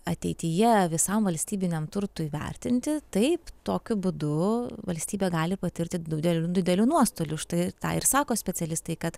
ateityje visam valstybiniam turtui vertinti taip tokiu būdu valstybė gali patirti dudel didelių nuostolių štai tą ir sako specialistai kad